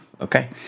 Okay